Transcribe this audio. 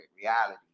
reality